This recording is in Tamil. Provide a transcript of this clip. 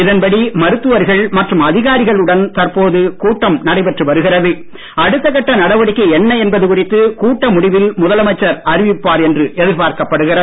இதன்படி மருத்துவர்கள் மற்றும் அதிகாரிகளுடன் தற்பொழுது கூட்டம் நடைபெற்று வருகிறது அடுத்தகட்ட நடவடிக்கை என்ன என்பது குறித்து கூட்ட முடிவில் முதலமைச்சர் அறிவிப்பார் என்று எதிர்பார்க்கப்படுகிறது